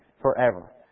forever